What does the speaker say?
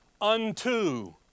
unto